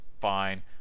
fine